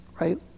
Right